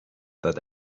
that